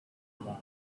monk